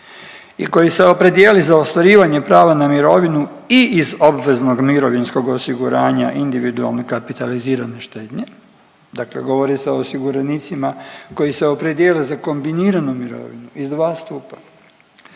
i koji se opredijeli za ostvarivanje prava na mirovinu i iz obveznog mirovinskog osiguranja individualne kapitalizirane štednje dakle govori se o osiguranicima koji se opredijele za kombiniranu mirovinu iz dva stupa,